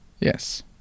Yes